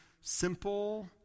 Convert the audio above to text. simple